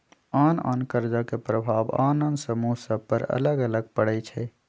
आन आन कर्जा के प्रभाव आन आन समूह सभ पर अलग अलग पड़ई छै